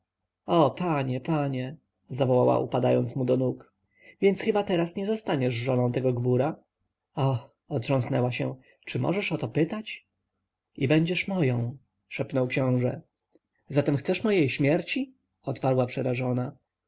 o panie panie zawołała upadając mu do nóg więc chyba teraz nie zostaniesz żoną tego gbura och otrząsnęła się czy możesz o to pytać i będziesz moją szepnął książę zatem chcesz mojej śmierci odparła przerażona